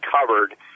covered